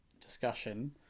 discussion